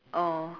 oh